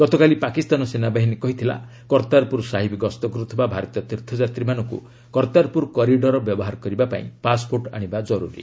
ଗତକାଲି ପାକିସ୍ତାନ ସେନାବାହିନୀ କହିଥିଲା କର୍ତ୍ତାରପୁର ସାହିବ ଗସ୍ତ କରୁଥିବା ଭାରତୀୟ ତୀର୍ଥଯାତ୍ରୀମାନଙ୍କୁ କର୍ତ୍ତାରପୁର କରିଡର ବ୍ୟବହାର କରିବା ପାଇଁ ପାସ୍ପୋର୍ଟ ଆଣିବା ଜରୁରୀ